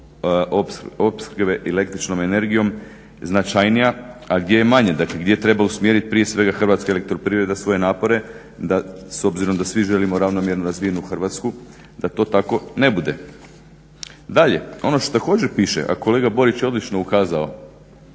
opskrbe električnom energijom značajnija, a gdje je manja, dakle gdje treba usmjerit prije svega HEP svoje napore s obzirom da svi želimo ravnomjerno razvijenu Hrvatsku, da to tako na bude. Dalje. Ono što također piše, a kolega Borić je odlično ukazao